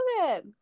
good